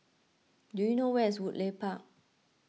do you know where is Woodleigh Park